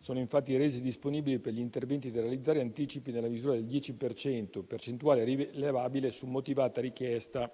sono infatti resi disponibili per gli interventi da realizzare anticipi nella misura del 10 per cento, percentuale rilevabile su motivata richiesta